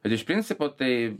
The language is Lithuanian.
bet iš principo tai